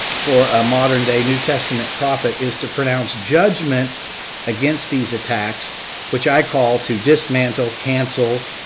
for a modern day new testament prophet is to pronounce judgment against these attacks which i call to dismantle, cancel,